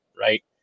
right